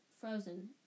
frozen